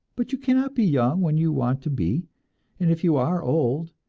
but you cannot be young when you want to be, and if you are old,